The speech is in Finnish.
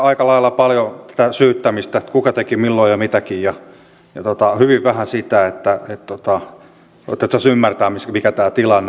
aika lailla paljon syyttämistä kuka teki milloin ja mitäkin ja hyvin vähän sitä että koetettaisiin ymmärtää mikä tämä tilanne on